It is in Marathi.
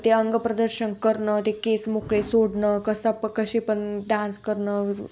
ते अंग प्रदर्शन करणं ते केस मोकळे सोडणं कसा पण कसे पण डान्स करणं